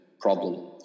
problem